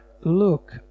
look